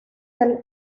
del